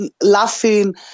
laughing